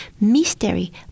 Mystery